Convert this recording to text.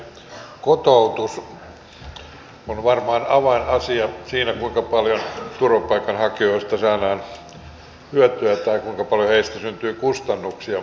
kotoutus on varmaan avainasia siinä kuinka paljon turvapaikanhakijoista saadaan hyötyä tai kuinka paljon heistä syntyy kustannuksia